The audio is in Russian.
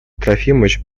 трофимович